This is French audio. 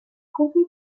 conçue